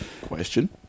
Question